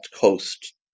coast